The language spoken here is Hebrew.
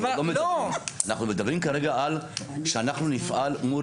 אנחנו מדברים כרגע על שאנחנו נפעל מול